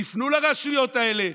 תפנו לרשויות האלה,